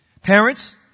Parents